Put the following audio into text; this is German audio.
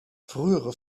frühere